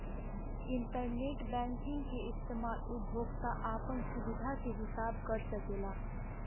internet banking के इस्तमाल उपभोक्ता आपन सुबिधा के हिसाब कर सकेला